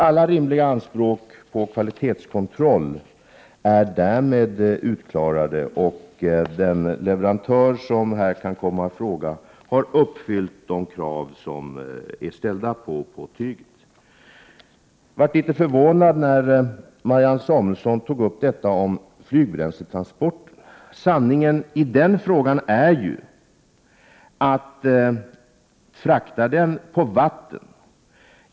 Alla rimliga anspråk på kvalitetskontroll är därmed uppfyllda. Den leverantör som här kan komma i fråga har uppfyllt de krav som har ställts på tyget. Jag blev litet förvånad när Marianne Samuelsson tog upp flygbränsletransporterna. Jag vill redogöra för sanningen i den frågan.